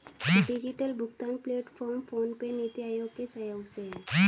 digital भुगतान platform PhonePe, NITI Aayog के सहयोग से है